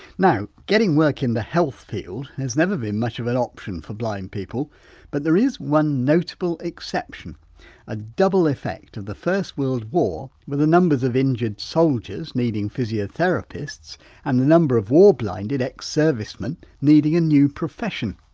now getting work in the health field has never been much of an option for blind people but there is one notable exception a double effect of the first world war with the numbers of injured soldiers needing physiotherapists and the number of war blinded ex-servicemen needing a new profession.